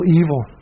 evil